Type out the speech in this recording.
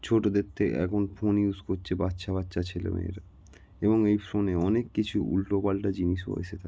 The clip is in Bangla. ছোটো থেকে এখন ফোন ইউস করছে বাচ্চা বাচ্চা ছেলে মেয়েরা এবং এই ফোনে অনেক কিছু উল্টো পাল্টা জিনিসও এসে থাকে